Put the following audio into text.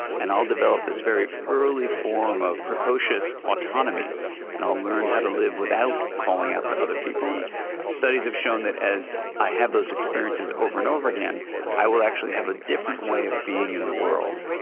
and i'll develop this very early form of precocious autonomy and i'll learn to live without calling out to other people and studies have shown that as i have those experiences over and over again i will actually have a different way of being in the world.